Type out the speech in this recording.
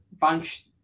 bunch